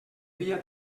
via